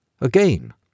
Again